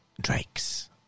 drakes